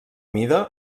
mida